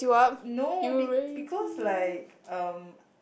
no be because like um